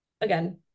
again